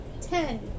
Ten